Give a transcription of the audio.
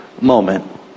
moment